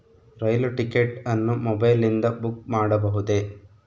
ರೈಲು ticket ಅನ್ನು ಮೊಬೈಲಿಂದ book ಮಾಡಬಹುದೆ?